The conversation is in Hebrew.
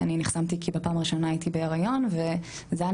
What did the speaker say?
אני נחסמתי כי בפעם הראשונה הייתי בהיריון וזה היה